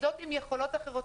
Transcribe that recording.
עם יכולות אחרות.